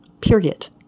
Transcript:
Period